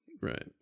Right